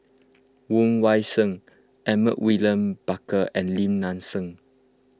Woon Wah Siang Edmund William Barker and Lim Nang Seng